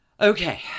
Okay